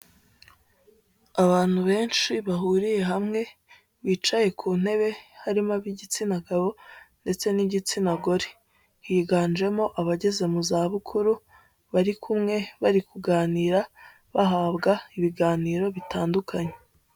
Abantu benshi bahuriye hamwe bicaye ku ntebe harimo ab'igitsina gabo ndetse n'igitsina gore, higanjemo abageze mu za bukuru bari kumwe bari kuganira bahabwa ibiganiro bitandukanye.